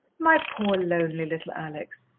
my poor, lonely little alex!